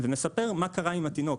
ומספר מה קרה עם התינוק,